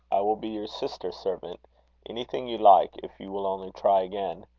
i will be your sister-servant anything you like, if you will only try again.